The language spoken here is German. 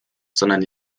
sondern